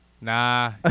Nah